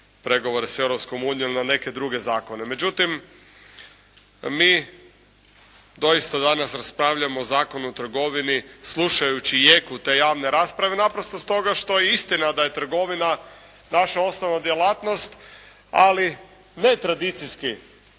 pregovore s Europskom unijom, na neke druge zakone. Međutim, mi doista danas raspravljamo o Zakonu o trgovini slušajući jeku te javne rasprave, naprosto stoga što je istina da je trgovina naša osnovna djelatnost, ali ne i tradicijski,